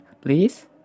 please